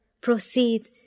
Proceed